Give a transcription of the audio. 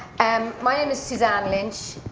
um my name is suzanne lynch,